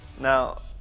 Now